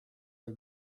are